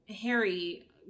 Harry